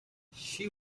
she